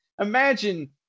imagine